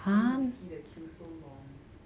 then we see the queue so long